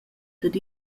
dad